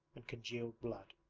and congealed blood.